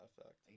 effect